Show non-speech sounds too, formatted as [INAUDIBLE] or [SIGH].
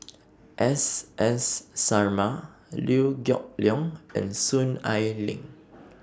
[NOISE] S S Sarma Liew Geok Leong and Soon Ai Ling